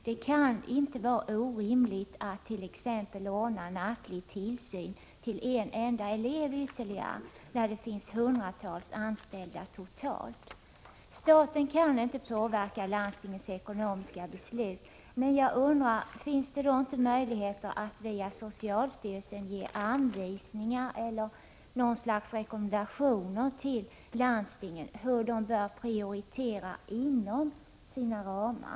Det kan inte vara orimligt att t.ex. ordna nattlig tillsyn till en enda elev ytterligare när det finns hundratals anställda totalt. Staten kan inte påverka landstingens ekonomiska beslut, men jag undrar om det inte finns möjligheter att via socialstyrelsen ge anvisningar eller något slags rekommendation till landstingen hur de bör prioritera inom sina ramar.